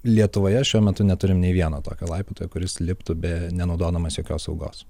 lietuvoje šiuo metu neturim nei vieno tokio laipiotojo kuris liptų be nenaudodamos jokios saugos